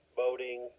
boating